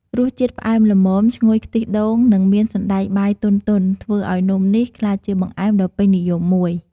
រសជាតិផ្អែមល្មម ឈ្ងុយខ្ទិះដូង និងមានសណ្ដែកបាយទន់ៗ ធ្វើឲ្យនំនេះក្លាយជាបង្អែមដ៏ពេញនិយមមួយ។